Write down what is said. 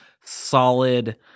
solid